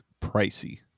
pricey